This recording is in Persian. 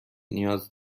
نیاز